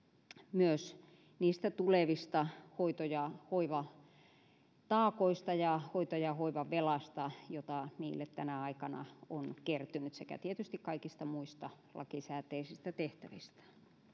myös tulevista hoito ja hoivataakoista ja siitä hoito ja hoivavelasta joka niille tänä aikana on kertynyt sekä tietysti kaikista muista lakisääteisistä tehtävistään